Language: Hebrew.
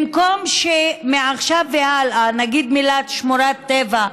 במקום שמעכשיו והלאה נגיד את המילים "שמורת טבע"